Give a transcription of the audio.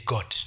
God